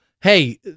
hey